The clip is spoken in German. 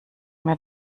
mir